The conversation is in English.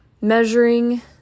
measuring